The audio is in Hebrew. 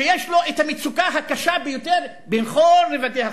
שיש לה המצוקה הקשה ביותר בכל רובדי החברה?